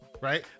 Right